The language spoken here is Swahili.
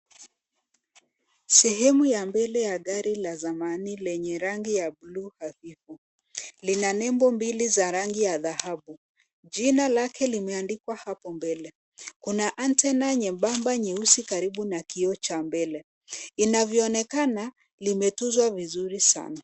Sehemu ya mbele ya gari la zamani lenye rangi ya bluu hafifu lina nembo mbili za rangi ya dhahabu. Jina lake limeandikwa hapo mbele. Kuna antena nyeusi nyembamba karibu na kioo cha mbele. Inavyoonekana, limetunzwa vizuri sana.